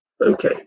Okay